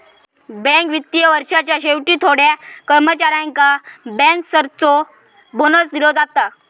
bank वित्तीय वर्षाच्या शेवटी थोड्या कर्मचाऱ्यांका बँकर्सचो बोनस दिलो जाता